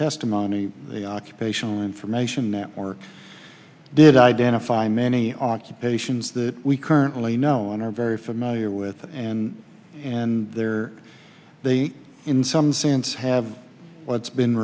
testimony the occupational information that works did identify many occupations that we currently known are very familiar with and and there are in some sense have what's been